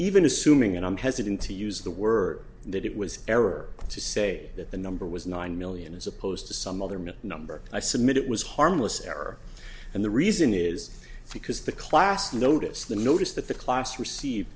even assuming and i'm hesitant to use the word that it was error to say that the number was nine million as opposed to some other mill number i submit it was harmless error and the reason is because the class notice the notice that the class receive